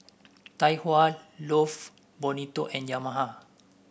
Tai Hua Love Bonito and Yamaha